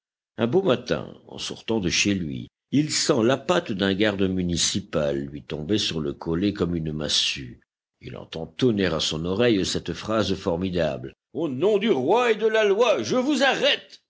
un beau matin en sortant de chez lui il sent la patte d'un garde municipal lui tomber sur le collet comme une massue il entend tonner à son oreille cette phrase formidable au nom du roi et de la loi je vous arrête